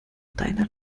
deiner